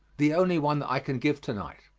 the only one that i can give to-night.